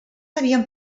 havien